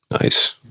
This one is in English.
Nice